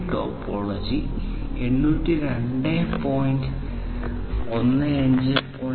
law duty cycle എന്നാൽ sensor ചുരുങ്ങിയ സമയത്തേക്ക് സജീവമായിരിക്കും കാരണം അത് വൈദ്യുതി ഉപഭോഗം കുറയ്ക്കും